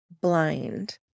blind